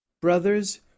Brothers